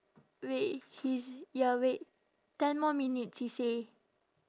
wait he's ya wait ten more minutes he say